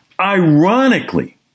ironically